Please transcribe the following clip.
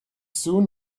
soon